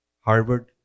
Harvard